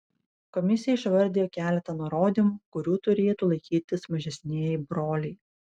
komisija išvardijo keletą nurodymų kurių turėtų laikytis mažesnieji broliai